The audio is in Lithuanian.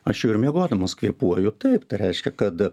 aš jau ir miegodamas kvėpuoju taip tai reiškia kad